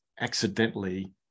accidentally